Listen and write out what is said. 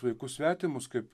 vaikus svetimus kaip